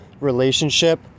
relationship